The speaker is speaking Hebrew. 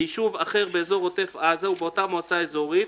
ביישוב אחר באזור עוטף עזה באותה מועצה אזורית,